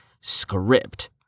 script